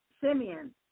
Simeon